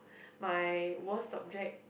my worst subject